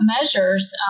measures